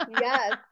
Yes